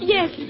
Yes